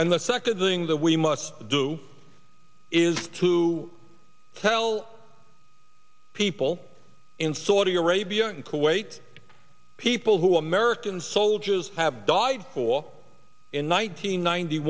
and the second thing that we must do is to tell people in saudi arabia and kuwait people who american soldiers have died for in one nine